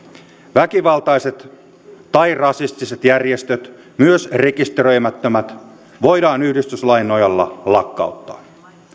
väkivaltaiset tai rasistiset järjestöt myös rekisteröimättömät voidaan yhdistyslain nojalla lakkauttaa